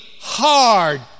hard